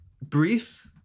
brief